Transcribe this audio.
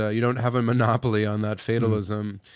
ah you don't have a monopoly on that fatalism.